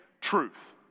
truth